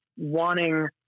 Wanting